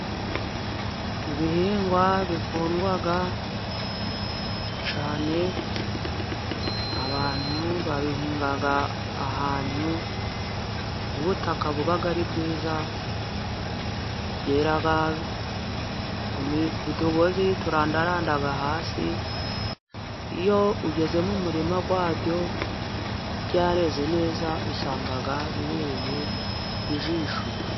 Ibihingwa bikundwa cyane, abantu babihinga ahantu ho ubutaka buba ari bwiza, byera ku tugozi turandaranda hasi, iyo ugeze mu murima wabyo byareze neza usanga bibereye ijisho.